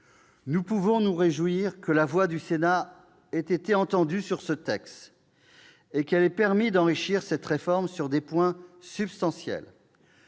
Nous pouvons nous réjouir que la voix du Sénat ait été entendue sur ce texte et que cela ait permis d'enrichir cette réforme sur des points substantiels.